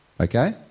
okay